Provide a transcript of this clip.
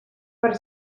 per